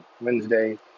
Wednesday